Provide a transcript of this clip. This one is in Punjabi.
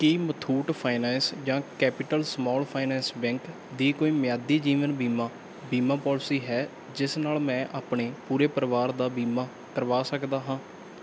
ਕੀ ਮੁਥੂਟ ਫਾਈਨੈਂਸ ਜਾਂ ਕੈਪੀਟਲ ਸਮਾਲ ਫਾਈਨਾਂਸ ਬੈਂਕ ਦੀ ਕੋਈ ਮਿਆਦੀ ਜੀਵਨ ਬੀਮਾ ਬੀਮਾ ਪੋਲਿਸੀ ਹੈ ਜਿਸ ਨਾਲ ਮੈਂ ਆਪਣੇ ਪੂਰੇ ਪਰਿਵਾਰ ਦਾ ਬੀਮਾ ਕਰਵਾ ਸਕਦਾ ਹਾਂ